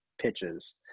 pitches